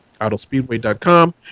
Autospeedway.com